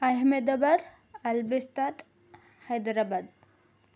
అహమ్మదాబాద్ అల్బిస్స్తాత్ హైదరాబాద్